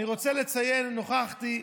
אני רוצה לציין, נוכחתי,